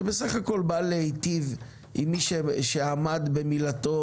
שבסך הכול בא להיטיב עם מי שעמד במילתו